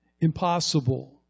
impossible